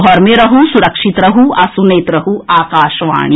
घर मे रहू सुरक्षित रहू आ सुनैत रहू आकाशवाणी